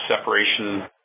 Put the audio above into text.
separation